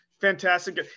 fantastic